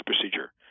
procedure